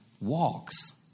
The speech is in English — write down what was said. walks